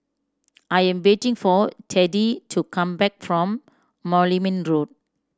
I am waiting for Teddie to come back from Moulmein Road